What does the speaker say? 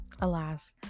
Alas